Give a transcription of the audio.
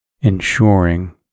ensuring